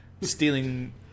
stealing